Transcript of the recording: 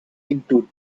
into